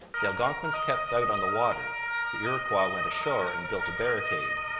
the algonquins kept out on the water the iroquois went ashore and built a barricade.